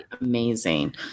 amazing